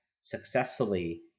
successfully